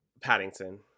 Paddington